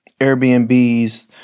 Airbnbs